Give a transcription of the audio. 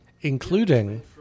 Including